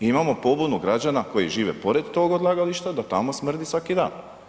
Imamo pobunu građana koji žive pored tog odlagališta da tamo smrdi svaki dan.